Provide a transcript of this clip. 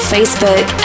Facebook